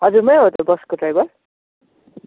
हजुर मै हो त बसको ड्राइभर